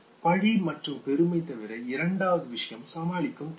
பழி மற்றும் பெருமை தவிர இரண்டாவது விஷயம் சமாளிக்கும் திறன்